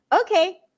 okay